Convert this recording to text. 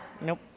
nope